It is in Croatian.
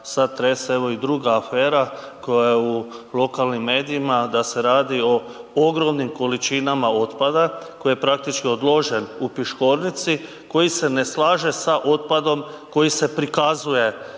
sad trese evo i druga afera koja je u lokalnim medijima da se radi o ogromnim količinama otpada koje praktički odložen u Piškornici, koji se ne slaže sa otpadom koji se prikazuje